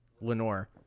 Lenore